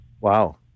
Wow